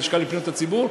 הלשכה לפניות הציבור,